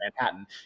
Manhattan